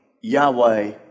Yahweh